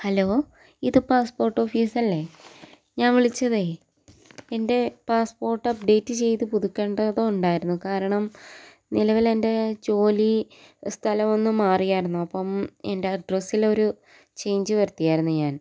hello ഇത് passport office അല്ലേ ഞാൻ വിളിച്ചതേ എൻ്റെ പാസ്പോർട്ട് അപ്ഡേറ്റ് ചെയ്ത് പുതുക്കേണ്ടതുണ്ടായിരുന്നു കാരണം നിലവിൽ എൻ്റെ ജോലി സ്ഥലം ഒന്നും മാറിയായിരുന്നു അപ്പം എൻ്റെ അഡ്രസ്സിൽ ഒരു ചേഞ്ച് വരുത്തിയായിരുന്നു ഞാൻ